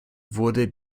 wurde